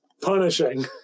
Punishing